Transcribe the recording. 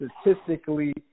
statistically